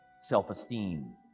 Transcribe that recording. self-esteem